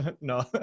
no